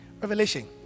revelation